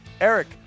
Eric